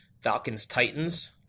Falcons-Titans